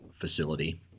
facility